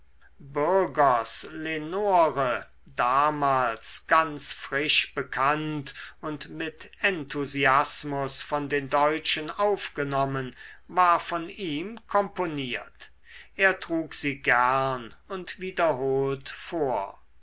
lenore damals ganz frisch bekannt und mit enthusiasmus von den deutschen aufgenommen war von ihm komponiert er trug sie gern und wiederholt vor